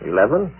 Eleven